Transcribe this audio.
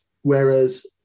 Whereas